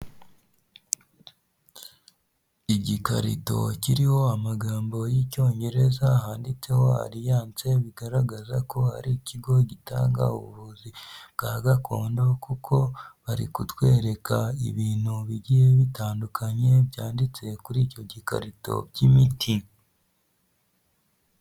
Igikarito kiriho amagambo y'icyongereza handitseho Alliance bigaragaza ko ari ikigo gitanga ubuvuzi bwa gakondo, kuko bari kutwereka ibintu bigiye bitandukanye byanditse kuri icyo gikarito by'imiti.